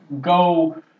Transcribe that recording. go